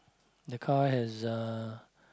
the car has a